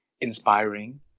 inspiring